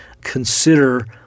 consider